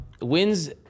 Wins